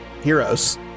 heroes